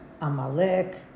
Amalek